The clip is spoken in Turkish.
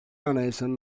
anayasanın